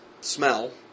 smell